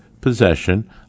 possession